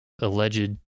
alleged